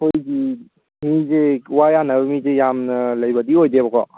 ꯑꯩꯈꯣꯏꯒꯤ ꯃꯤꯁꯦ ꯋꯥ ꯌꯥꯟꯅꯕ ꯃꯤꯁꯦ ꯌꯥꯝꯅ ꯂꯩꯕꯗꯤ ꯑꯣꯏꯗꯦꯕꯀꯣ